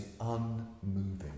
unmoving